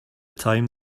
time